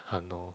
!hannor!